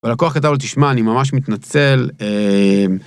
ולקוח כתב לו תשמע, אני ממש מתנצל.